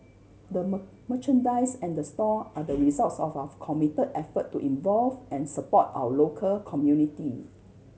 the merchandise and the store are the results of our committed effort to involve and support our local community